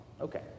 Okay